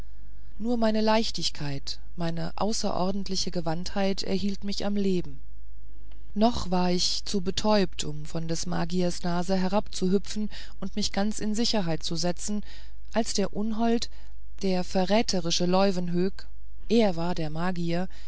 nur meine leichtigkeit meine außerordentliche gewandtheit erhielt mich am leben noch war ich zu betäubt um von des magiers nase herabzuhüpfen und mich ganz in sicherheit zu setzen als der unhold der verräterische leuwenhoek der war der magier